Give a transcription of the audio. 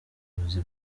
ubuvuzi